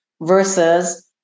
versus